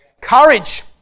Courage